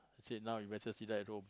say now you matter see at home